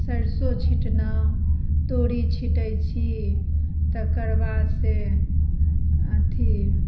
सरसौ छिटलहुँ तोड़ी छिटैत छी तकर बाद से अथी